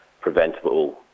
preventable